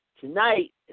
Tonight